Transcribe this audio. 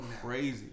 Crazy